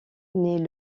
naît